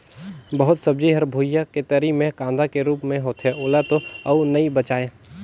बहुत सब्जी हर भुइयां के तरी मे कांदा के रूप मे होथे ओला तो अउ नइ बचायें